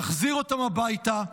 תחזיר אותם הביתה,